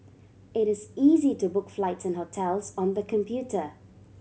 it is easy to book flights and hotels on the computer